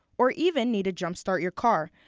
or even need to jump start your car.